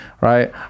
right